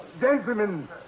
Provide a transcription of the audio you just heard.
Gentlemen